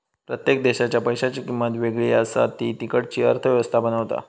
प्रत्येक देशाच्या पैशांची किंमत वेगळी असा ती तिकडची अर्थ व्यवस्था बनवता